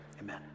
Amen